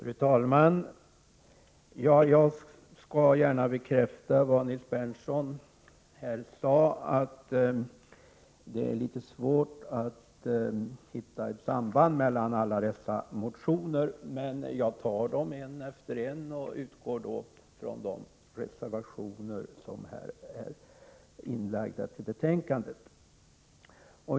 Fru talman! Jag skall gärna bekräfta vad Nils Berndtson sade, att det är litet svårt att hitta ett samband mellan alla dessa motioner. Jag tar motionerna en och en och utgår från de reservationer som finns fogade till betänkandet.